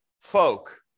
folk